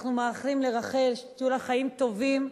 אנחנו מאחלים לרחל שיהיו לה חיים טובים,